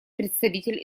представитель